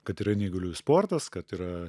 kad yra neįgaliųjų sportas kad yra